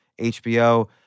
HBO